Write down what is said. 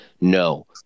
No